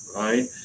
right